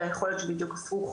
אלא יכול להיות שבדיוק הפוך.